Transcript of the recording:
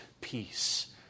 peace